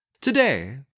Today